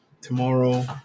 tomorrow